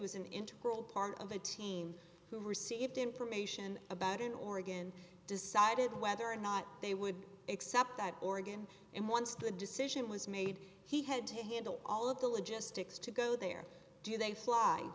was an integral part of a team who received information about in oregon decided whether or not they would accept that organ and once the decision was made he had to handle all of the logistics to go there do they fly